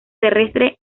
terrestre